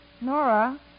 Nora